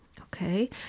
Okay